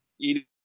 eat